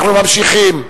אנחנו ממשיכים.